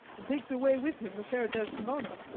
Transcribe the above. and takes away with him the fair desdemona,